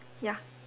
ya